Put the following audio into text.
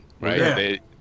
right